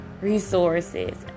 resources